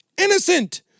innocent